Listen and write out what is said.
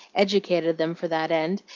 educated them for that end,